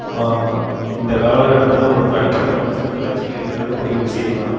இந்த காலக்கட்டத்தில் ஒரு தனிப்பட்ட மனுஷனுக்கு லட்சியம் இருக்கிறதே பெரிய விஷயம் தான்